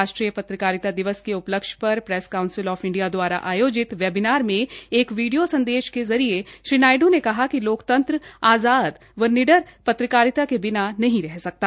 राष्ट्रीय पत्रकारिता दिवस के उपलक्ष्य पर प्रेस काउसिल आफ इंडिया द्वारा आयोजित वेबिनार में एक वीडियो संदेश के जरिये श्री नायडू ने कहा कि लोकतंत्र आज़ाद व निडर पत्रकारिता के बिना नहीं रह सकता